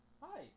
hi